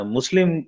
Muslim